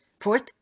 Fourth